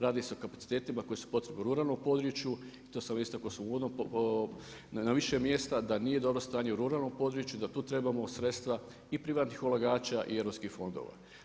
Radi se o kapacitetima koji su potrebni u ruralnom području i to sam istakao na više mjesta da nije dobro stanje u ruralnom području, da tu trebamo sredstva i privatnih ulagača i europskih fondova.